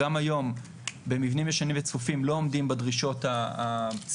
גם היום במבנים ישנים וצפופים לא עומדים בדרישות הבסיסיות